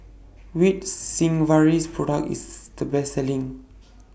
Which Sigvaris Product IS The Best Selling